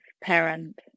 parent